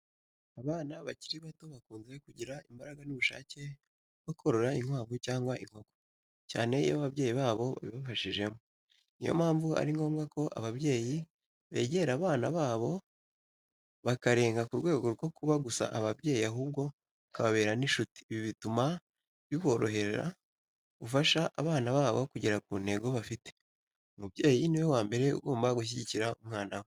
Abana bakiri bato bakunze kugira imbaraga n’ubushake bwo korora inkwavu cyangwa inkoko, cyane iyo ababyeyi babo babibafashijemo. Ni yo mpamvu ari ngombwa ko ababyeyi begera abana babo, bakarenga ku rwego rwo kuba gusa ababyeyi, ahubwo bakababera n’inshuti. Ibi bituma biborohera gufasha abana babo kugera ku ntego bafite. Umubyeyi ni we wa mbere ugomba gushyigikira umwana we.